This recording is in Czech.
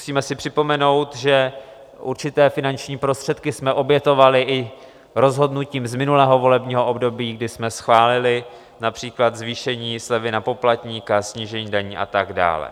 Musíme si připomenout, že určité finanční prostředky jsme obětovali i rozhodnutím z minulého volebního období, kdy jsme schválili například zvýšení slevy na poplatníka, snížení daní atd.